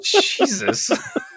Jesus